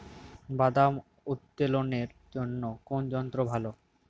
বাদাম উত্তোলনের জন্য কোন যন্ত্র ভালো?